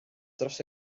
dros